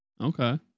Okay